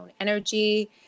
energy